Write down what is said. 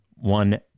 one